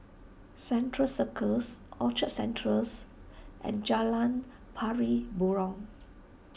Central Circus Orchard Centrals and Jalan Pari Burong